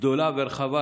גדולה ורחבה,